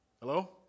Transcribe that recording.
Hello